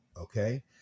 okay